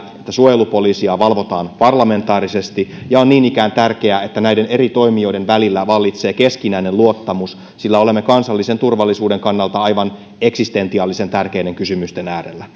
suojelupoliisia valvotaan parlamentaarisesti ja on niin ikään tärkeää että näiden eri toimijoiden välillä vallitsee keskinäinen luottamus sillä olemme kansallisen turvallisuuden kannalta aivan eksistentiaalisen tärkeiden kysymysten äärellä haluan